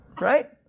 Right